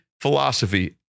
philosophy